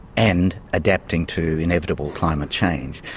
and adapting to inevitable climate change.